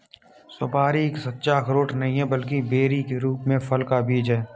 सुपारी एक सच्चा अखरोट नहीं है, बल्कि बेरी के रूप में फल का बीज है